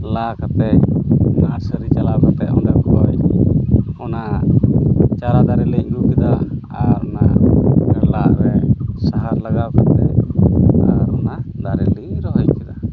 ᱞᱟ ᱠᱟᱛᱮᱫ ᱱᱟᱨᱥᱟᱹᱨᱤ ᱪᱟᱞᱟᱣ ᱠᱟᱛᱮᱫ ᱚᱸᱰᱮ ᱠᱷᱚᱡ ᱚᱱᱟ ᱪᱟᱨᱟ ᱫᱟᱨᱮᱞᱤᱧ ᱟᱹᱜᱩ ᱠᱮᱫᱟ ᱟᱨ ᱚᱱᱟ ᱜᱷᱟᱰᱞᱟᱜ ᱨᱮ ᱥᱟᱦᱟᱨ ᱞᱟᱜᱟᱣ ᱠᱟᱛᱮᱫ ᱟᱨ ᱚᱱᱟ ᱫᱟᱨᱮᱞᱤᱧ ᱨᱚᱦᱚᱭ ᱠᱮᱫᱟ